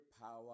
power